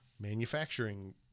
manufacturing